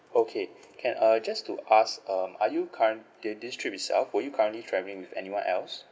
okay can uh just to ask um are you current thi~ this trip itself were you currently travelling with anyone else